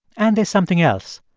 and there's something else.